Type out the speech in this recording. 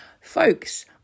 Folks